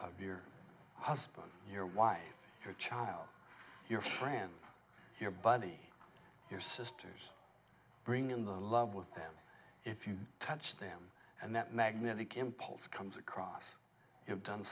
of your husband your wife your child your friend your buddy your sisters bring in the love with them if you touch them and that magnetic impulse comes across you've done